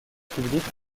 publique